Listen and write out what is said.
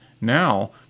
Now